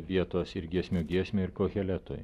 vietos ir giesmių giesmei ir koheletui